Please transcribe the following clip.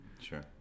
Sure